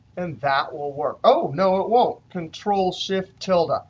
and that will work oh, no it won't. control shift tilde.